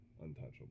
untouchable